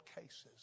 cases